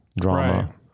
drama